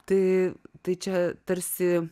tai tai čia tarsi